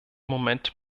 moment